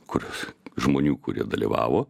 kurios žmonių kurie dalyvavo